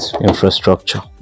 infrastructure